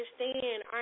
understand